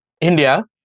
India